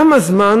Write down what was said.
כמה זמן